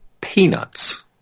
peanuts